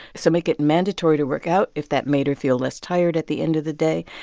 so make it mandatory to work out if that made her feel less tired at the end of the day,